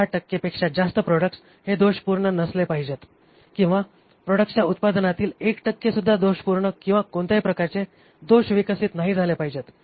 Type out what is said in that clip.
६ टक्के पेक्षा जास्त प्रॉडक्ट्स हे दोषपूर्ण नसले पाहिजेत किंवा प्रॉडक्ट्सच्या उत्पादनातील एक टक्केसुद्धा दोषपूर्ण किंवा कोणत्याही प्रकारचे दोष विकसित नाही झाले पाहिजेत